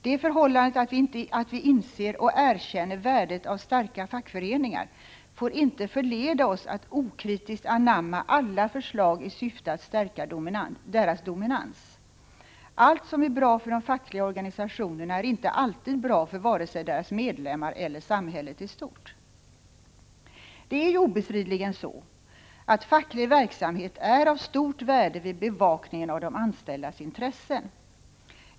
Det förhållandet att vi inser och erkänner värdet av starka fackföreningar, får inte förleda oss att okritiskt anamma alla förslag i syfte att stärka deras dominans. Allt som är bra för de fackliga organisationerna är inte alltid bra för vare sig deras medlemmar eller samhället i stort. Det är ju obestridligen så att facklig verksamhet är av stort värde vid bevakningen av de anställdas intressen.